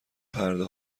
پرده